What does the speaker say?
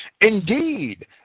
Indeed